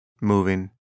moving